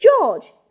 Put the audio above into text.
George